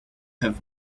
have